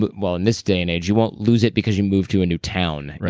but well in this day and age, you won't lose it because you move to a new town.